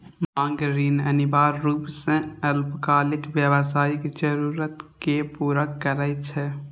मांग ऋण अनिवार्य रूप सं अल्पकालिक व्यावसायिक जरूरत कें पूरा करै छै